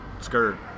skirt